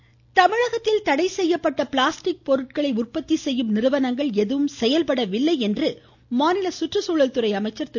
கருப்பணன் தமிழகத்தில் தடை செய்யப்பட்ட பிளாஸ்டிக் பொருட்களை உற்பத்தி செய்யும் நிறுவனங்கள் எதுவும் செயல்படவில்லை என்று மாநில சுற்றுச்சூழல்துறை அமைச்சர் திரு